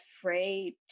afraid